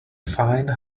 fine